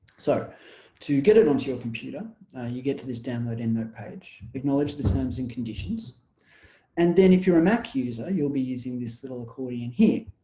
so to get it on to your computer you get to this download endnote page acknowledge the terms and conditions and then if you're a mac user you'll be using this little accordion here.